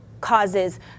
causes